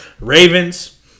Ravens